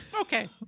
Okay